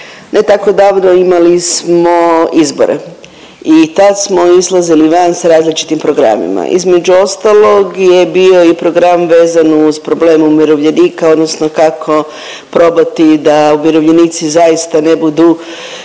ne tako davno imali smo izbore i tad smo izlazili van s različitim programima. Između ostalog je bio i program vezano uz problem umirovljenika odnosno kako probati da umirovljenici zaista ne budu